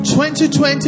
2020